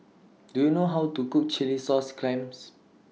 Do YOU know How to Cook Chilli Sauce Clams